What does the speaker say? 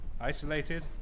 isolated